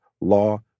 law